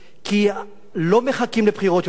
כי לא מחכים לבחירות יותר.